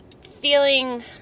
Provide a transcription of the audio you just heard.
feeling